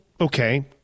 okay